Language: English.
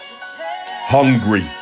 Hungry